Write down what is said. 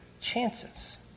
chances